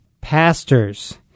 Pastors